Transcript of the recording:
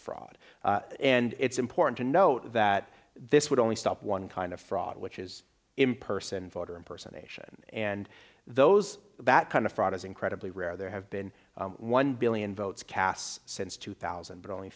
fraud and it's important to note that this would only stop one kind of fraud which is in person voter impersonation and those that kind of fraud is incredibly rare there have been one billion votes cast since two thousand but only